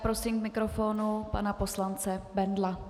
Prosím k mikrofonu pana poslance Bendla.